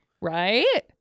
right